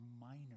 minor